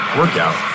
workout